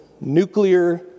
nuclear